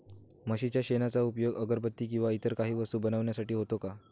म्हशीच्या शेणाचा उपयोग अगरबत्ती किंवा इतर काही वस्तू बनविण्यासाठी होतो का?